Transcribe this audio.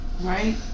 Right